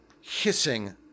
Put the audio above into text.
hissing